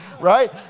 Right